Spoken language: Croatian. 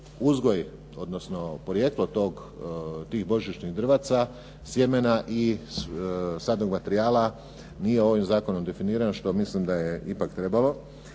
uzgoj odnosno porijeklo tih božićnih drvaca, sjemena i sadnog materijala nije ovim zakonom definirano što mislim da je ipak trebalo